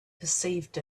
perceived